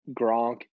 Gronk